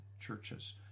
churches